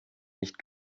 nicht